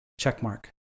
Checkmark